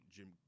Jim